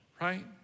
right